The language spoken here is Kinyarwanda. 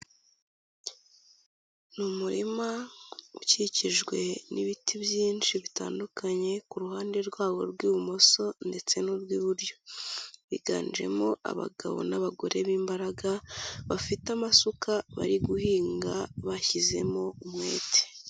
Ni umurima ukikijwe n'ibiti byinshi bitandukanye ku ruhande rwawo rw'ibumoso ndetse n'urw'iburyo, biganjemo abagabo n'abagore b'imbaraga bafite amasuka bari guhinga bashyizemo umwete.